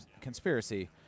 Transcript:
conspiracy